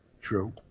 True